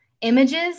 images